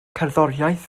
cerddoriaeth